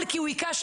על כי הוא היכה,